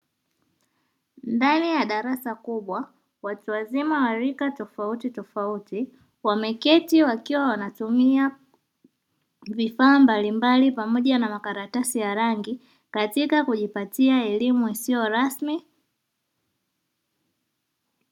Ndani ya darasa kubwa watu wazima wa rika tofautitofauti wameketi wakiwa wanatumia vifaa mbalimbali pamoja na makaratasi ya rangi katika kujipatia elimu isiyo rasmi.